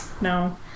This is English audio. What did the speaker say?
No